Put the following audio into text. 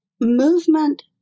movement